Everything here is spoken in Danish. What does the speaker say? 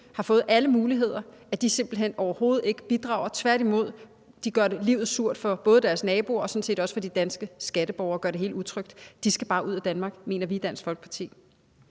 har fået alle muligheder, simpelt hen overhovedet ikke bidrager, men tværtimod gør livet surt for både deres naboer og sådan set også for de danske skatteborgere – de gør det hele utrygt. De skal bare ud af Danmark, mener vi i Dansk Folkeparti.